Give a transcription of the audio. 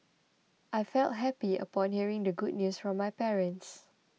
I felt happy upon hearing the good news from my parents